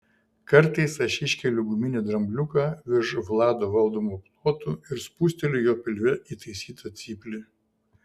kartais aš iškeliu guminį drambliuką virš vlado valdomų plotų ir spusteliu jo pilve įtaisytą cyplį